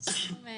שלום,